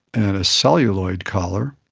and a celluloid collar,